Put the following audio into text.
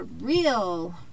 real